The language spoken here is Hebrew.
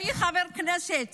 חברי חבר הכנסת